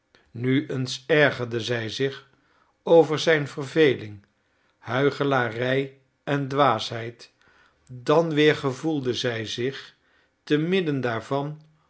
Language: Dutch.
nu eens ergerde zij zich over zijn verveling huichelarij en dwaasheid dan weer gevoelde zij zich te midden daarvan